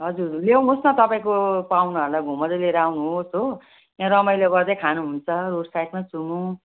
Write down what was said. हजुर ल्याउनुहोस् न तपाईँको पाहुनाहरूलाई घुमाउँदै लिएर आउनुहोस् हो यहाँ रमाइलो गर्दै खानुहुन्छ रोडसाइडमै छु